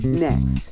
next